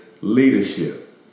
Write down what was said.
leadership